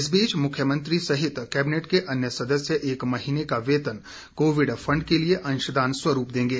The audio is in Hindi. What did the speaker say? इस बीच मुख्यमंत्री सहित कैबिनेट के अन्य सदस्य एक महीने का वेतन कोविड फंड के लिए अंशदान स्परूप देंगे